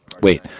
Wait